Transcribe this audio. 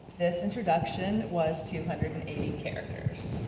this introduction was two hundred and eighty characters